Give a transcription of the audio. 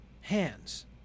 hands